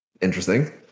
interesting